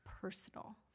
personal